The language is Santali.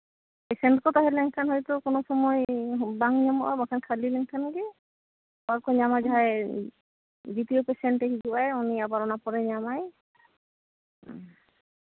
ᱯᱮᱥᱮᱱᱴ ᱠᱚ ᱛᱟᱦᱮᱸ ᱞᱮᱱᱠᱷᱟᱱ ᱦᱳᱭᱛᱚ ᱠᱳᱱᱳ ᱥᱚᱢᱚᱭ ᱵᱟᱝ ᱧᱟᱢᱚᱜᱼᱟ ᱵᱟᱝᱠᱷᱟᱱ ᱠᱷᱟᱹᱞᱤ ᱞᱮᱱᱠᱷᱟᱱᱜᱮ ᱦᱚᱲ ᱠᱚ ᱧᱟᱢᱟ ᱡᱟᱦᱟᱸᱭ ᱫᱤᱛᱤᱭᱚ ᱯᱮᱥᱮᱱᱴ ᱮ ᱦᱤᱡᱩᱜᱼᱟᱭ ᱩᱱᱤ ᱟᱵᱟᱨ ᱚᱱᱟ ᱯᱚᱨᱮᱭ ᱧᱟᱢᱟᱭ